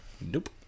Nope